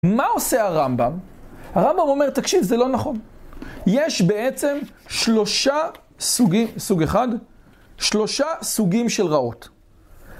מה עושה הרמב״ם? הרמב״ם אומר, תקשיב, זה לא נכון, יש בעצם שלושה סוגים, סוג אחד, שלושה סוגים של רעות.